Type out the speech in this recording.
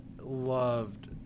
loved